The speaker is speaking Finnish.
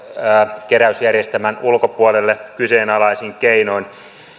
veronkeräysjärjestelmän ulkopuolelle kyseenalaisin keinoin